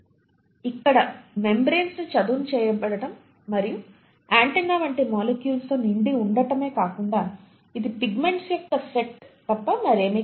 ఇక్కడ మెంబ్రేన్స్ చదును చేయబడటం మరియు ఆంటిన్నా వంటి మాలిక్యూల్స్ తో నిండి ఉండటమే కాదు ఇది పిగ్మెంట్స్ యొక్క సెట్ తప్ప మరేమీ కాదు